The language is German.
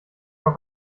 auf